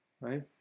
right